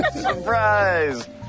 Surprise